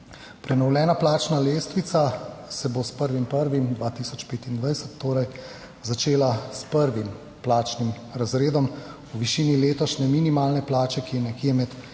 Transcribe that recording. Prenovljena plačna lestvica se bo s 1. 1. 2025 torej začela s prvim plačnim razredom v višini letošnje minimalne plače, ki je nekje med